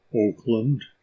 Oakland